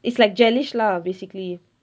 it's like gel-ish lah basically